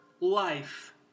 life